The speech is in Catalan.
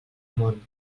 món